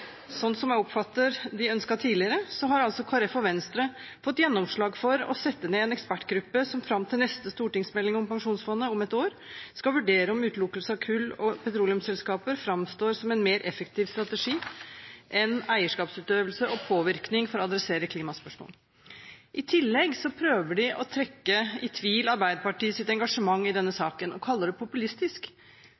jeg oppfatter at de ønsket tidligere, har Kristelig Folkeparti og Venstre fått gjennomslag for å sette ned en ekspertgruppe som fram til neste stortingsmelding om Pensjonsfondet om ett år skal vurdere om utelukkelse av kull- og petroleumsselskaper framstår som en mer effektiv strategi enn eierskapsutøvelse og påvirkning for å adressere klimaspørsmål. I tillegg prøver de å trekke i tvil Arbeiderpartiets engasjement i denne